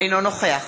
אינו נוכח